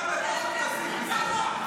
אין הבדל.